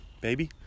baby